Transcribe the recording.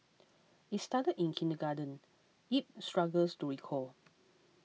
it started in kindergarten Yip struggles to recall